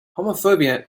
homophobia